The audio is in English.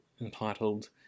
entitled